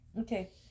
Okay